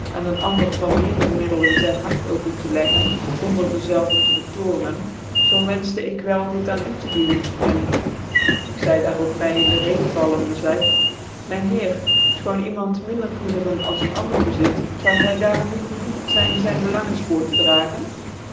aan ccn ander van meerder middelen zyn hart open tc leggen zonder dczelvcn tc vertoornen zoo wenfehtc ik wel dit aan u tc doen cn zy daarop my in de reden vallende zeide myn heer fchoon iemand minder goederen als een ander bezit zou hy daarom niet be voegt zyn zyn bclangens voor tc dragen